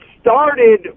started